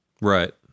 Right